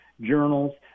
journals